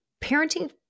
parenting